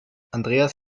andreas